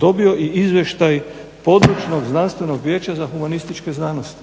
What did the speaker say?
dobio i izvještaj Područnog znanstvenog vijeća za humanističke znanosti.